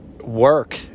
work